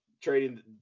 trading